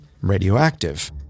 radioactive